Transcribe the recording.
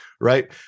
right